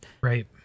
right